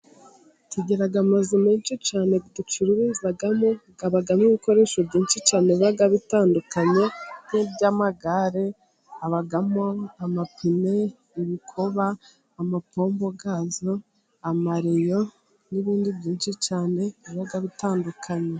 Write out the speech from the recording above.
Tugira amazu menshi cyane ducururizamo habamo ibikoresho byinshi cyane bigiye bitandukanye nki by'amagare, habamo: amapine, ibikoba ,amapombo yazo, amareyo n'ibindi byinshi cyane biba bitandukanye.